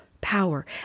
power